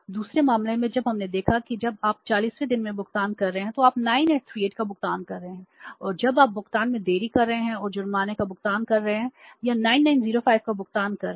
दूसरे मामले में जब हमने देखा है कि जब आप 40 वें दिन में भुगतान कर रहे हैं तो आप 9838 का भुगतान कर रहे हैं और जब आप भुगतान में देरी कर रहे हैं और जुर्माना का भुगतान कर रहे हैं या 9905 का भुगतान कर रहे हैं